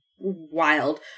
wild